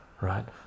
right